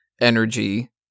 energy